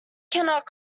cannot